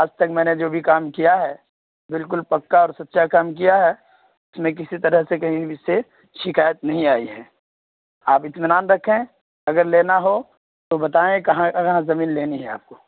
آج تک میں نے جو بھی کام کیا ہے بالکل پکا اور سچا کام کیا ہے اس میں کسی طرح سے کہیں بھی سے شکایت نہیں آئی ہے آپ اطمینان رکھیں اگر لینا ہو تو بتائیں کہاں زمین لینی ہے آپ کو